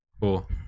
Cool